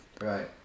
Right